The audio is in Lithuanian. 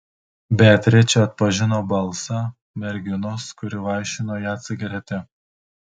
beatričė atpažino balsą merginos kuri vaišino ją cigarete